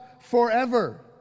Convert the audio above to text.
forever